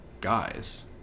guys